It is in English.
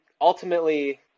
ultimately